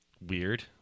weird